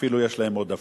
ואפילו יש להן עודפים.